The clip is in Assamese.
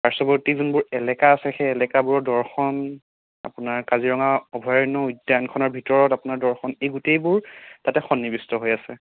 পাৰ্শ্বৱতী যোনবোৰ এলেকা আছে সেই এলেকাবোৰৰ দৰ্শন আপোনাৰ কাজিৰঙা অভয়াৰণ্য উদ্যাণখনৰ ভিতৰত আপোনাৰ দৰ্শন এই গোটেইবোৰ তাতে সন্নিবিষ্ট হৈ আছে